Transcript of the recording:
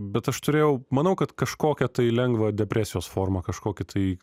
bet aš turėjau manau kad kažkokią tai lengvą depresijos formą kažkokį tai